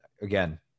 again